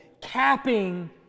capping